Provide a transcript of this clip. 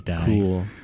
cool